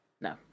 No